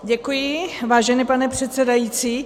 Děkuji, vážený pane předsedající.